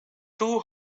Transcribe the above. two